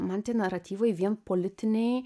man tie naratyvai vien politiniai